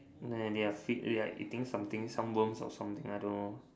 then they are free we are eating something some worms or something I don't know